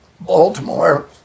Baltimore